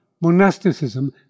monasticism